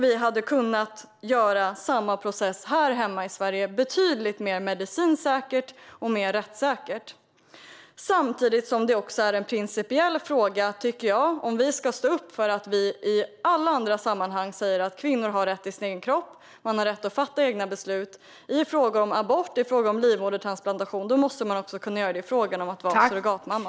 Vi hade kunnat göra samma process här i Sverige, betydligt mer medicinskt säkert och rättssäkert. Samtidigt är det en principiell fråga. Står vi upp för att kvinnor har rätt till sin egen kropp och har rätt att fatta egna beslut i frågor om abort och livmodertransplantation måste vi göra detsamma i frågan om att vara surrogatmamma.